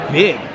big